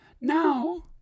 now